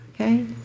okay